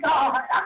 God